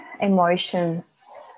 emotions